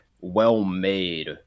well-made